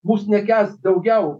mus nekęs daugiau